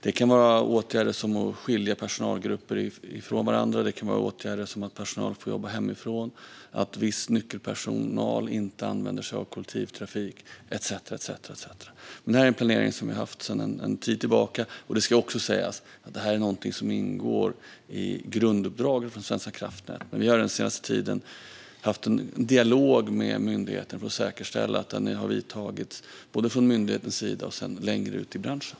Det kan handla om åtgärder som att skilja personalgrupper från varandra, att personal får jobba hemifrån eller att viss nyckelpersonal inte använder sig av kollektivtrafik. Detta är en planering som vi har haft sedan en tid tillbaka. Det ska också sägas att detta är någonting som ingår i grunduppdraget för Svenska kraftnät. Vi har den senaste tiden haft en dialog med myndigheten för att säkerställa att åtgärder har vidtagits, både från myndighetens sida och längre ut i branschen.